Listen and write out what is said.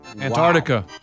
Antarctica